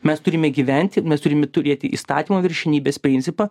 mes turime gyventi mes turime turėti įstatymo viršenybės principą